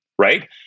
right